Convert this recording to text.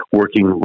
working